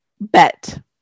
Bet